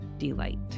delight